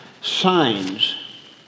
Signs